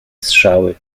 strzały